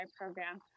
program